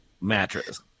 mattress